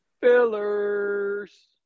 fillers